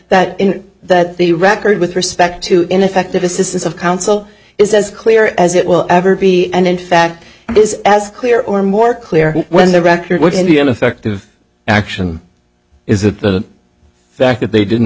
that that the record with respect to ineffective assistance of counsel is as clear as it will ever be and in fact it is as clear or more clear when the record would be an effective action is it the fact that they didn't